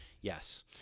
Yes